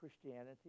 Christianity